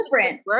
different